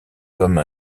comme